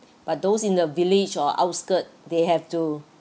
but those in the village or outskirts they have to